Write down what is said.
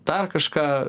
dar kažką